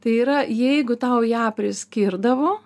tai yra jeigu tau ją priskirdavo